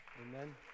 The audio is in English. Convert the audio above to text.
Amen